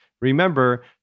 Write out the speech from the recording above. Remember